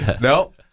Nope